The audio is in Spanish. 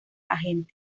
agente